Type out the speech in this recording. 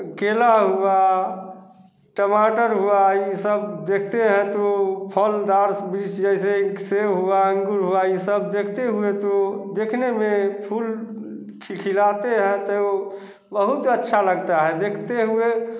केला हुआ टमाटर हुआ यह सब देखते हैं तो फलदार बीज जैसे एक सेब हुआ अंगूर हुआ यह सब देखते हुए तो देखने में फूल खिलखिलाते हैं तो बहुत अच्छा लगता है देखते हुए